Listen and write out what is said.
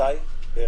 מתי בערך?